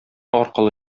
аркылы